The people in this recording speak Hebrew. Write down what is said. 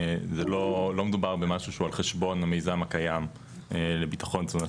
לא מדובר במשהו שהוא על חשבון המיזם הקיים לביטחון תזונתי.